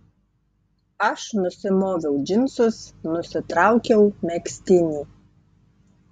aš nusimoviau džinsus nusitraukiau megztinį